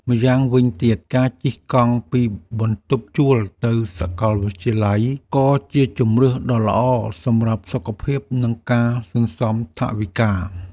ម៉្យាងវិញទៀត ការជិះកង់ពីបន្ទប់ជួលទៅសាកលវិទ្យាល័យក៏ជាជម្រើសដ៏ល្អសម្រាប់សុខភាព និងការសន្សំថវិកា។